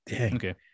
Okay